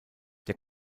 der